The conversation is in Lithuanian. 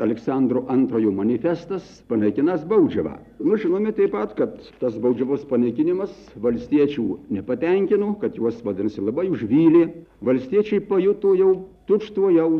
aleksandro antrojo manifestas panaikinąs baudžiavą nu žinome teip pat kad tas baudžiavos panaikinimas valstiečių nepatenkino kad juos vadinasi labai užvylė valstiečiai pajuto jau tučtuojau